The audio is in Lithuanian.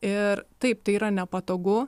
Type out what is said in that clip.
ir taip tai yra nepatogu